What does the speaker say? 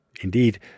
Indeed